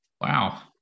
Wow